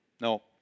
No